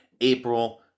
April